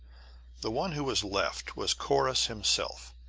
the one who was left was corrus himself,